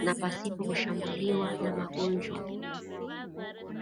na pasipo kushambuliwa na magonjwa.